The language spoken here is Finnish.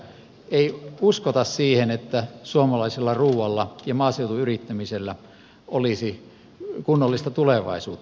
ei uskota siihen että suomalaisella ruualla ja maaseudun yrittämisellä olisi kunnollista tulevaisuutta